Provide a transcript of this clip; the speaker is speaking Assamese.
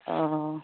অঁ